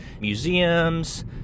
museums